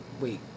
Wait